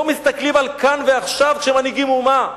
לא מסתכלים על כאן ועכשיו כשמנהיגים אומה,